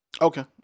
Okay